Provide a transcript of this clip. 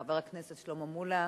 חבר הכנסת שלמה מולה,